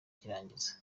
cy’irangiza